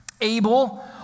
Abel